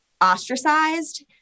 ostracized